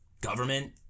government